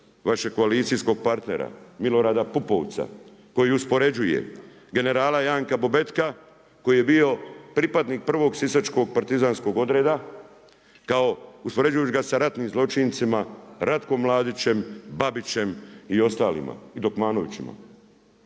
vašeg koalicijskog partnera Milorada Pupovca koji uspoređuje generala Janka Bobetka koji je bio pripadnik prvog sisačkog partizanskog odreda kao, uspoređujući ga sa ratnim zločincima Ratkom Mladićem, Babićem i ostalima i Dokmanovićima.